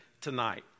tonight